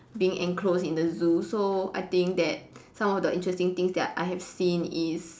being enclosed in the zoo so I think that some of the interesting things that I have seen is